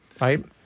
right